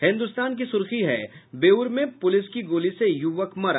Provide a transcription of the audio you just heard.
हिन्दुस्तान की सुर्खी है बेउर में पुलिस की गोली से युवक मरा